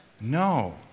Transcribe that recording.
No